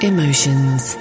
Emotions